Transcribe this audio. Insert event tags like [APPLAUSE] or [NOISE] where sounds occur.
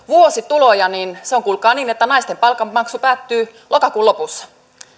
[UNINTELLIGIBLE] vuosituloja niin se on kuulkaa niin että naisten palkanmaksu päättyy lokakuun lopussa